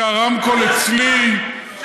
כי הרמקול אצלי.